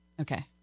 Okay